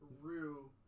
Rue